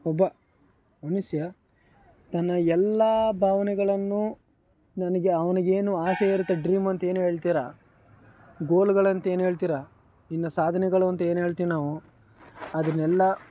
ಒಬ್ಬ ಮನುಷ್ಯ ತನ್ನ ಎಲ್ಲ ಭಾವನೆಗಳನ್ನು ನನಗೆ ಅವನಿಗೆ ಏನು ಆಸೆ ಇರುತ್ತೆ ಡ್ರೀಮ್ ಅಂತ ಏನು ಹೇಳ್ತೀರಾ ಗೋಲ್ಗಳು ಅಂತ ಏನು ಹೇಳ್ತೀರಾ ಇನ್ನೂ ಸಾಧನೆಗಳು ಅಂತ ಏನು ಹೇಳ್ತೀವಿ ನಾವು ಅದನ್ನೆಲ್ಲ